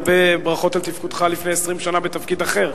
הרבה ברכות על תפקודך לפני 20 שנה בתפקיד אחר.